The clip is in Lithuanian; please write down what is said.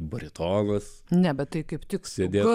baritonas nebe taip kaip tik sėdėjau